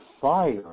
fire